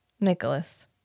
Nicholas